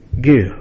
give